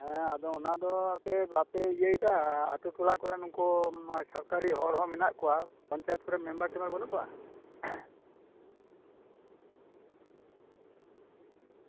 ᱦᱮᱸ ᱟᱫᱚ ᱚᱱᱟᱫᱮ ᱵᱟᱯᱮ ᱤᱭᱟᱹᱭ ᱫᱟ ᱟᱹᱛᱩ ᱴᱚᱞᱟ ᱠᱚᱨᱮᱱ ᱥᱚᱨᱠᱟᱨᱤ ᱦᱚᱲ ᱦᱚᱸ ᱦᱮᱱᱟᱜ ᱠᱚᱣᱟ ᱟᱹᱛᱩ ᱴᱚᱞᱟ ᱠᱚᱨᱮ ᱯᱚᱧᱪᱟᱭᱮᱛ ᱨᱮᱱ ᱢᱮᱢᱵᱟᱨ ᱴᱮᱢᱵᱟᱨ ᱵᱟᱱᱩᱜ ᱠᱚᱣᱟ